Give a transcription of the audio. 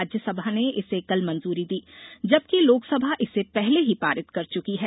राज्यसभा ने इसे कल मंजूरी दी जबकि लोकसभा इसे पहले ही पारित कर चुकी है